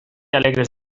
alegres